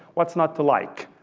what's not to like?